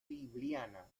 liubliana